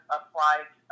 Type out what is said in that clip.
applied